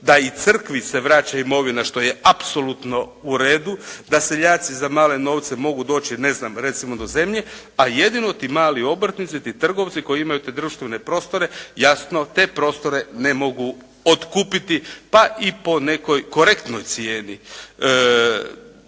da i crkvi se vraća imovina što je apsolutno u redu. Da seljaci za male novce mogu doći, ne znam, recimo do zemlje a jedino ti mali obrtnici, ti trgovci koji imaju te društvene prostore jasno te prostore ne mogu otkupiti pa i po nekoj korektnoj cijeni.